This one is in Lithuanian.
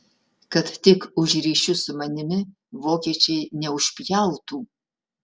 kad tik už ryšius su manimi vokiečiai neužpjautų